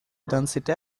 densité